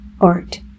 art